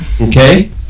Okay